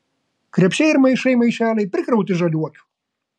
krepšiai ir maišai maišeliai prikrauti žaliuokių